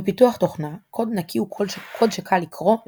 בפיתוח תוכנה קוד נקי הוא קוד שקל לקרוא,